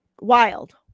wild